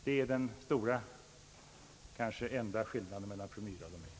Det är den stora, kanske enda skillnaden, mellan fru Myrdal och mig.